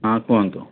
ହଁ କୁହନ୍ତୁ